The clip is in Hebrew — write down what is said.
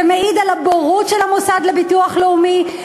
זה מעיד על הבורות של המוסד לביטוח לאומי,